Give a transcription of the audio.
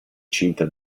cinta